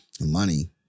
Money